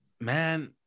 man